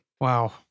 Wow